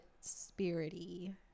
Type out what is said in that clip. spirity